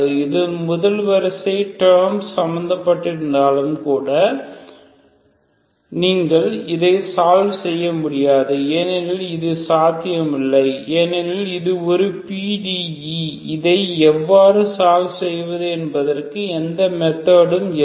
இது முதல் வரிசை டெர்ம்ஸ் சம்பந்தப்பட்டிருந்தாலும் கூட நீங்கள் இதை சால்வ் செய்ய முடியாது ஏனெனில் இது சாத்தியமில்லை ஏனெனில் இது ஒரு PDE இதை எவ்வாறு சால்வ் செய்வது என்பதற்கு எந்த மெதடும் இல்லை